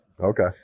Okay